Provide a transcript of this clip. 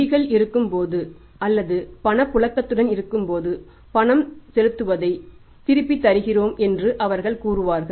நிதிகள் இருக்கும்போது அல்லது பணப்புழக்கத்துடன் இருக்கும்போது பணம் செலுத்துவதைத் திருப்பித் தரும் என்று அவர்கள் கூறுவார்கள்